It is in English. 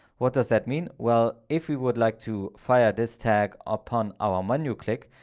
what does that mean? well, if we would like to fire this tag upon our menu click,